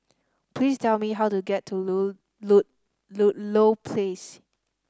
please tell me how to get to Ludlow Place